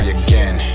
again